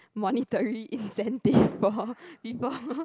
monetary incentive for people